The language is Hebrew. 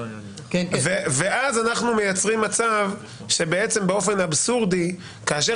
ואז אנחנו מייצרים מצב שבעצם באופן אבסורדי כאשר